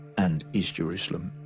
and east jerusalem.